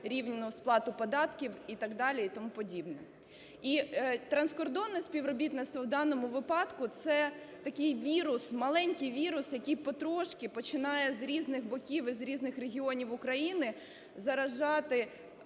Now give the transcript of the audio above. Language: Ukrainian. і тому подібне. І транскордонне співробітництво в даному випадку – це такий вірус, маленький вірус, який потрошку починає з різних боків і з різних регіонів України заражати